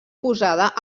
posada